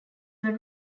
were